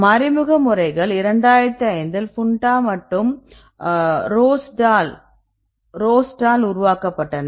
மறைமுக முறைகள் 2005 இல் புண்டா மற்றும் ரோஸ்டால் உருவாக்கப்பட்டன